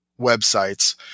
websites